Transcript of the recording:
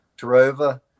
Tarova